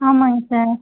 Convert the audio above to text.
ஆமாங்க சார்